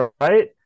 right